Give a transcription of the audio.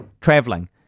traveling